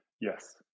yes